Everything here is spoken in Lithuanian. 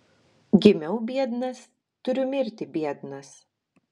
gimiau biednas turiu mirti biednas